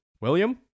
William